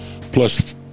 plus